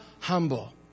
humble